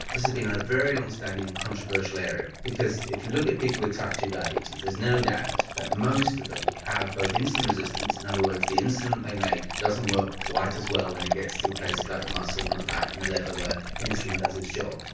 this has been a very long standing and controversial area because if you look at people with type two diabetes there's no doubt that most of them have both insulin resistance, in other words the insulin that they make doesn't work quite as well when it gets to the places like the muscle, and the fat and the liver where insulin does its job.